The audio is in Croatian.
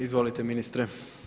Izvolite ministre.